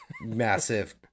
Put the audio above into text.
massive